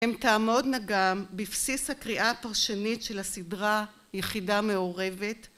הם תעמודנה גם בבסיס הקריאה הפרשנית של הסדרה יחידה מעורבת